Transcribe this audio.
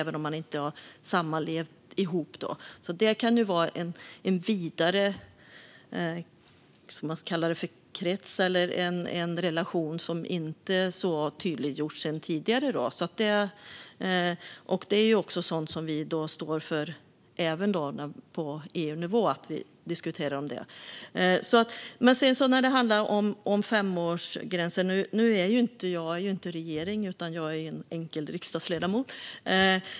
Det kan alltså vara en vidare krets, eller vad man ska kalla det, eller handla om en relation som inte har tydliggjorts sedan tidigare. Det är sådant som vi står för även när vi diskuterar det på EU-nivå. Sedan har vi detta med femårsgränsen. Nu är jag ju inte regeringen, utan jag är en enkel riksdagsledamot.